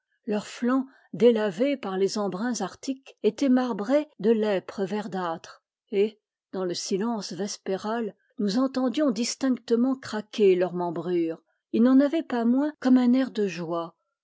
leurs flancs délavés par les embruns arctiques étaient marbrés de lèpres verdâtres et dans le silence vespéral nous entendions distinctement craquer leurs membrures ils n'en avaient pas moins comme un air de joie